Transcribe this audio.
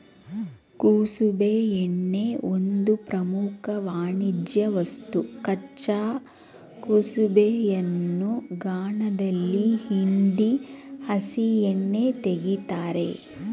ಕುಸುಬೆ ಎಣ್ಣೆ ಒಂದು ಪ್ರಮುಖ ವಾಣಿಜ್ಯವಸ್ತು ಕಚ್ಚಾ ಕುಸುಬೆಯನ್ನು ಗಾಣದಲ್ಲಿ ಹಿಂಡಿ ಹಸಿ ಎಣ್ಣೆ ತೆಗಿತಾರೆ